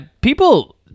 People